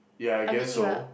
ya I guess so